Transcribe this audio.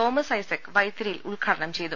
Thomas Isaac വൈത്തിരിയിൽ ഉദ്ഘാടനം ചെയ്തു